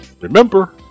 Remember